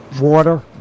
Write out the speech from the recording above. water